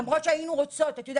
למרות שהיינו רוצות את יודעת,